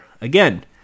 again